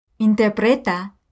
Interpreta